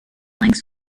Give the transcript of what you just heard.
lengths